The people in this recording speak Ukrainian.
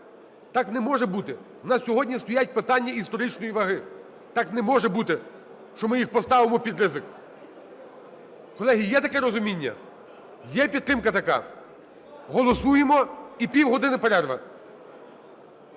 Так не може бути! В нас сьогодні стоять питання історичної ваги. Так не може бути, що ми їх поставимо під ризик. Колеги, є таке розуміння, є підтримка така? Голосуємо – і півгодини перерви.